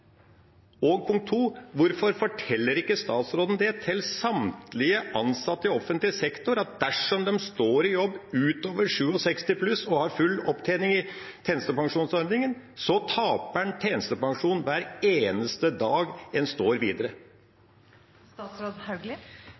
Og punkt 2: Hvorfor forteller ikke statsråden til samtlige ansatte i offentlig sektor at dersom de står i jobb utover 67 år og har full opptjening i tjenestepensjonsordningen, taper man tjenestepensjon hver eneste dag man står